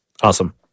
Awesome